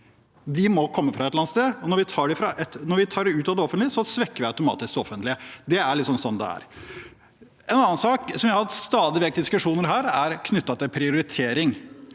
De må komme fra et eller annet sted, og når vi tar dem ut av det offentlige, svekker vi automatisk det offentlige. Det er sånn det er. En annen sak jeg stadig vekk har hatt diskusjoner om her, er knyttet til prioritering.